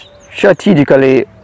strategically